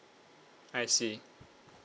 I see